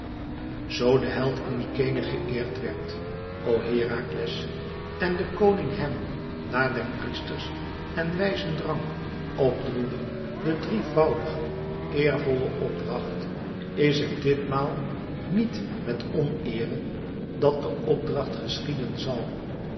zoo de held in mykenæ geëerd werd o herakles en de koning hem na der priesters en wijzen drang op droeg den drievoudigen eervollen opdracht is het dit maal niet met neere dat de opdracht geschieden zal